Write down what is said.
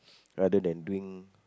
rather than doing